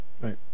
Right